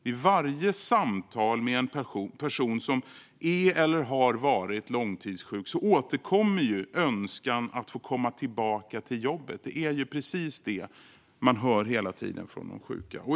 Vid varje samtal med en person som är eller har varit långtidssjuk återkommer önskan att få komma tillbaka till jobbet. Det är precis det man hör hela tiden från de sjuka.